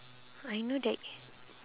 I know that